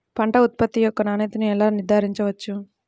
పంట ఉత్పత్తి యొక్క నాణ్యతను ఎలా నిర్ధారించవచ్చు?